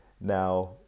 Now